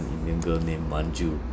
one indian girl named manju